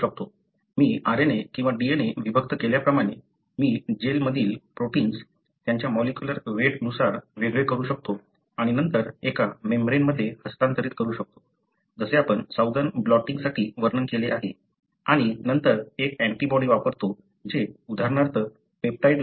मी RNA किंवा DNA विभक्त केल्याप्रमाणे मी जेलमधील प्रोटिन्स त्यांच्या मॉलिक्युलर वेट नुसार वेगळे करू शकतो आणि नंतर एका मेम्ब्रेनमध्ये हस्तांतरित करू शकतो जसे आपण साऊदर्न ब्लॉटिंगसाठी वर्णन केले आहे आणि नंतर एक अँटीबॉडी वापरतो जे उदाहरणार्थ पेप्टाइडला ओळखेल